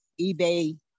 eBay